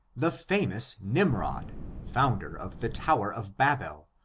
the famous nimrod founder of the tower of babel,